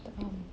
tak faham